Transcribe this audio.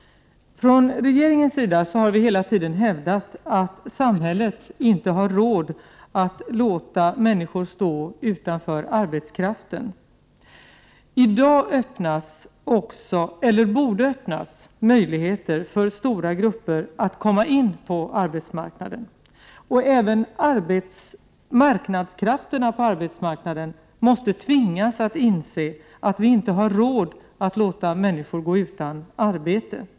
Från regeringens sida har vi hela tiden hävdat att samhället inte har råd att låta människor stå utanför arbetsmarknaden. I dag öppnas, eller borde öppnas, möjligheter för stora grupper att komma in på arbetsmarknaden. Även marknadskrafterna på arbetsmarknaden måste tvingas inse att vi inte har råd att låta människor gå utan arbete.